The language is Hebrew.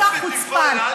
אתה חוצפן.